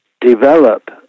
develop